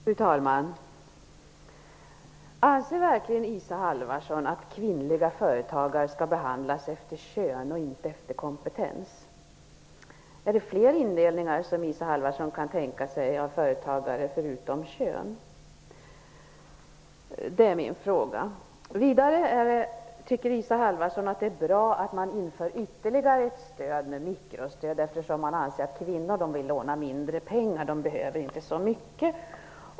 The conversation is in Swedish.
Fru talman! Anser verkligen Isa Halvarsson att kvinnliga företagare skall behandlas efter kön och inte efter kompetens? Är det fler indelningar Isa Halvarsson kan tänka sig av företagare, förutom kön? Vidare: Tycker Isa Halvarsson att det är bra att man inför ytterligare ett stöd, mikrostödet, eftersom man anser att kvinnor vill låna mindre pengar och inte behöver så mycket?